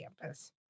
campus